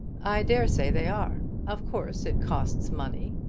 i dare say they are. of course it costs money.